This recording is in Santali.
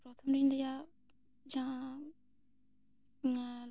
ᱯᱚᱛᱷᱚᱢ ᱫᱤᱱ ᱨᱮᱭᱟᱜ ᱡᱟᱦᱟᱸ ᱚᱱᱟ ᱞᱟᱦᱟ